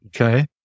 Okay